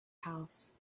house